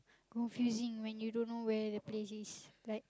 confusing when you don't know where the place is like